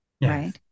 Right